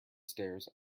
stairs